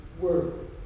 word